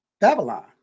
Babylon